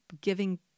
giving